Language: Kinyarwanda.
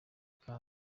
ikaze